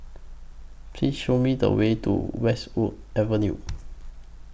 Please Show Me The Way to Westwood Avenue